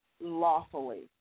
lawfully